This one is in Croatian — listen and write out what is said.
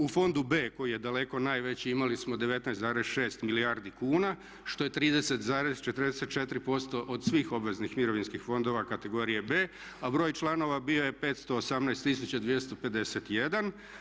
U fondu B koji je daleko najveći imali smo 19,6 milijardi kuna što je 3,44% od svih obveznih mirovinskih fondova kategorije B, a broj članova bio je 518 251.